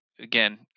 again